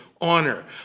Honor